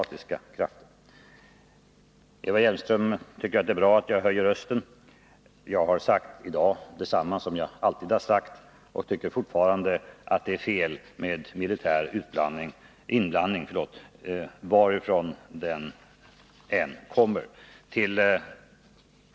Eva Hjelmström tycker att det är bra att jag höjer rösten. Jag har i dag sagt detsamma som jag alltid har sagt. Jag tycker att det är fel med militär inblandning varifrån den än kommer.